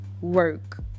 work